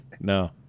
No